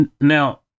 Now